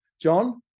John